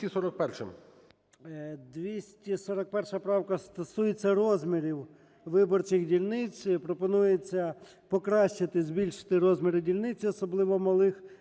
241 правка стосується розмірів виборчих дільниць. Пропонується покращити, збільшити розміри дільниць, особливо малих,